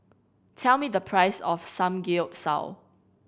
tell me the price of Samgeyopsal